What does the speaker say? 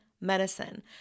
medicine